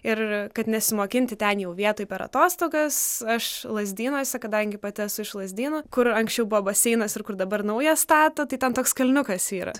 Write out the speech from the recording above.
ir kad nesimokinti ten jau vietoj per atostogas aš lazdynuose kadangi pati esu iš lazdynų kur anksčiau buvo baseinas ir kur dabar naują stato tai ten toks kalniukas yra